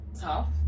tough